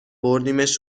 بردیمش